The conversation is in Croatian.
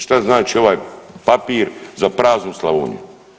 Što znači ovaj papir za praznu Slavoniju?